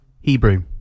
Hebrew